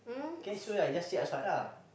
kay so I just sit outside lah